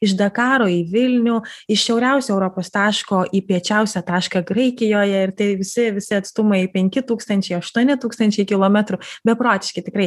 iš dakaro į vilnių iš šiauriausio europos taško į piečiausią tašką graikijoje ir tai visi visi atstumai penki tūkstančiai aštuoni tūkstančiai kilometrų beprotiški tikrai